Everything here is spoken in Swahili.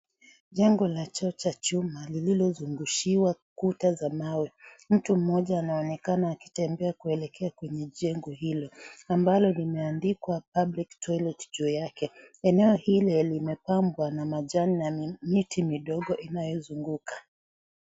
Jengo la choo cha chuma lililoshungushiwa kuta za mawe. Mtu mmoja anaonekana akitembea kuelekea kwenye jengo hilo ambalo limeandikwa, "Public Toilet" juu yake. Eneo lile limepambwa na majani na miti midogo inayozunguka.